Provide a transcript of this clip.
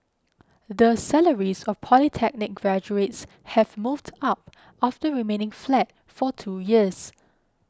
the salaries of polytechnic graduates have moved up after remaining flat for two years